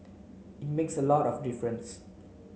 it makes a lot of difference